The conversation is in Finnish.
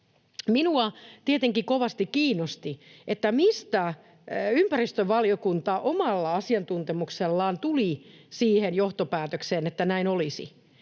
Minua tietenkin kovasti kiinnosti, mistä ympäristövaliokunta omalla asiantuntemuksellaan tuli siihen johtopäätökseen, että näin olisi.